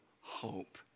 hope